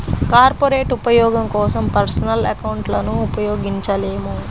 corporate ఉపయోగం కోసం personal అకౌంట్లను ఉపయోగించలేము